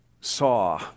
saw